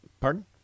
Pardon